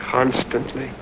constantly